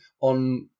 on